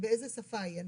אני